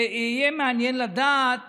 ויהיה מעניין לדעת